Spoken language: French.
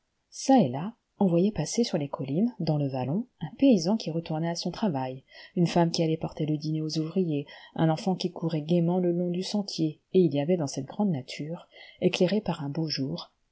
çà et là on voyait passer sur les collines dans le vallon un paysan qui retournait à son travail une femme qui allait porter le diner aux ouvriers un enfant qui courait gaiement le long du sentier et il y avait dans cette grande nature éclairée par un beau jour